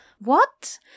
What